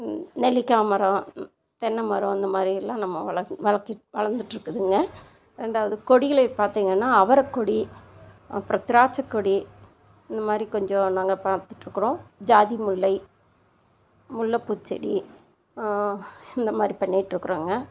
நெல்லிக்காய் மரம் தென்னை மரம் இந்த மாதிரி எல்லாம் நம்ம வளக் வளக்கிட் வளர்ந்துட்ருக்குதுங்க ரெண்டாவது கொடிகளை பார்த்திங்கன்னா அவரைக்கொடி அப்புறம் திராட்சைக்கொடி இந்த மாதிரி கொஞ்சம் நாங்கள் பார்த்துட்ருக்கறோம் ஜாதி முல்லை முல்லைப்பூச்செடி இந்த மாதிரி பண்ணிட்டிருக்கறோங்க